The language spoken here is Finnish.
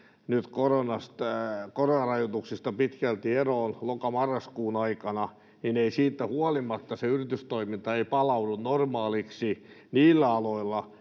koronarajoituksista pitkälti eroon, loka—marraskuun aikana, niin ei siitä huolimatta yritystoiminta palaudu normaaliksi niillä aloilla,